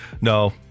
No